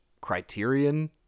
criterion